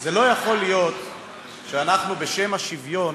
זה לא יכול להיות שאנחנו, בשם השוויון,